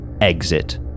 exit